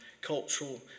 cultural